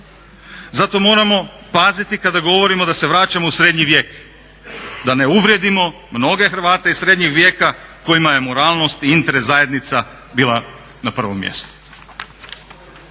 Zato moramo paziti kada govorimo da se vraćamo u srednji vijek da ne uvrijedimo mnoge Hrvate iz srednjeg vijeka kojima je moralnost i interes zajednica bila na prvom mjestu.